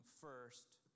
first